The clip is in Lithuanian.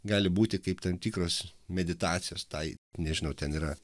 gali būti kaip tam tikros meditacijos tai nežinau ten yra